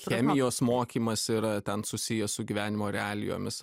chemijos mokymas yra ten susijęs su gyvenimo realijomis